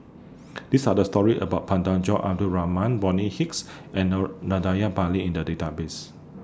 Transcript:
These Are The stories about Abdul Rahman Bonny Hicks and Or Pillai in The Database